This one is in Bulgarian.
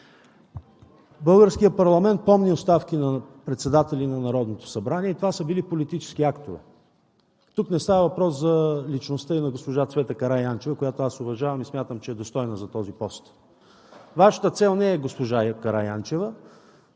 Българският парламент помни оставки на председатели на Народното събрание и това са били политически актове. Тук не става въпрос за личността на госпожа Цвета Караянчева, която аз уважавам и смятам, че е достойна за този пост. Вашата цел не е госпожа Караянчева.